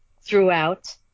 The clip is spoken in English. throughout